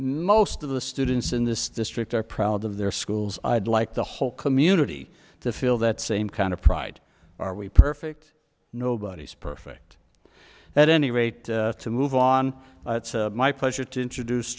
most of the students in this district are proud of their schools i'd like the whole community to feel that same kind of pride are we perfect nobody's perfect at any rate to move on my pleasure to introduce